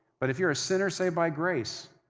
but if you're a sinner saved by grace,